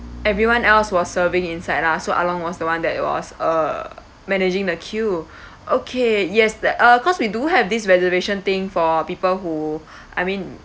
everyone else was serving inside lah so Ahlong was the one that it was uh managing the queue okay yes th~ uh cause we do have this reservation thing for people who I mean